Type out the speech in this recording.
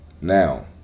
Now